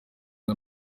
cyo